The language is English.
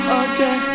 okay